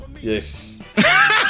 Yes